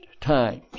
times